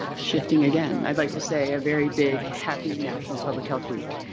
shifting again, i'd like to say a very big happy national public health week.